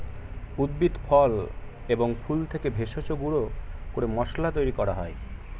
উদ্ভিদ, ফল এবং ফুল থেকে ভেষজ গুঁড়ো করে মশলা তৈরি করা হয়